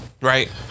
right